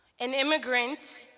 an immigrant,